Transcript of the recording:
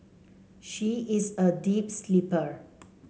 she is a deep sleeper